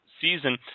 season